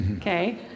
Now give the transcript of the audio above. Okay